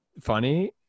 funny